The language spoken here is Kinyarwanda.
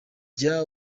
jya